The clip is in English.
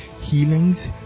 healings